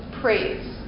praise